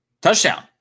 touchdown